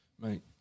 Mate